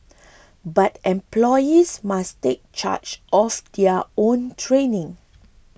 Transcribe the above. but employees must take charge of their own training